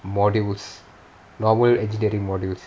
modules normal engineering modules